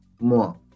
more